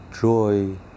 joy